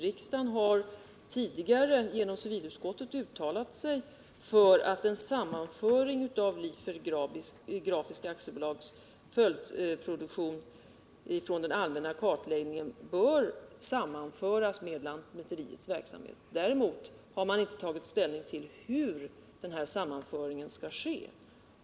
Riksdagen har tidigare genom civilutskottet uttalat sig för att en sammanföring av Liber Grafiska AB:s följdproduktion från den allmänna kartläggningen bör sammanföras med verksamheten inom lantmäteriverket. Däremot har man inte tagit ställning till hur denna sammanföring skall ske.